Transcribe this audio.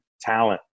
talent